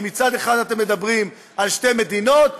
כי מצד אחד אתם מדברים על שתי מדינות,